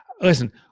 Listen